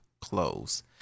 close